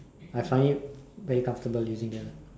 I find it very comfortable using that lah